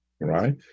right